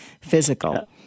physical